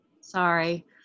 Sorry